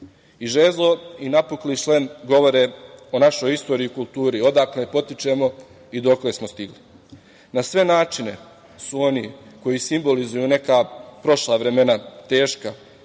I žezlo i napukli šlem govore o našoj istoriji i kulturi, odakle potičemo i dokle smo stigli. Na sve načine su oni koji simbolizuju neka prošla vremena, teška,